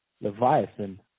Leviathan